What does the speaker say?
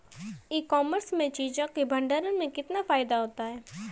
ई commerce में चीज़ों के भंडारण में कितना फायदा होता है?